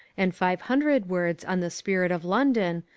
and five hundred words on the spirit of london,